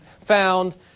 found